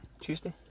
Tuesday